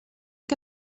que